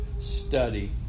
study